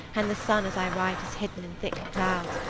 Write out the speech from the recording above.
and the sun as i write is hidden in thick clouds,